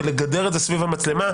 ולגדר את זה סביב המצלמה,